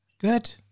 Good